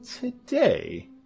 today